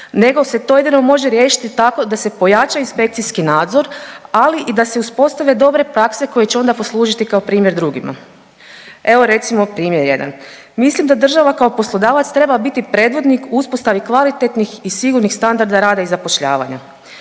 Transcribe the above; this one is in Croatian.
nego se to jedino može riješiti tako da se pojača inspekcijski nadzor, ali i da se uspostave dobre prakse koje će onda poslužiti kao primjer drugima. Evo recimo, primjer jedan, mislim da država kao poslodavac treba biti predvodnik u uspostavi kvalitetnih i sigurnih standarda rada i zapošljavanja.